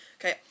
Okay